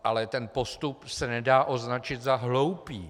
Ale postup se nedá označit za hloupý.